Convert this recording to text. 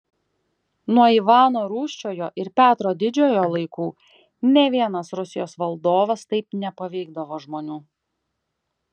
nuo ivano rūsčiojo ir petro didžiojo laikų nė vienas rusijos valdovas taip nepaveikdavo žmonių